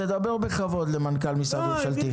תדבר בכבוד למנכ"ל משרד ממשלתי.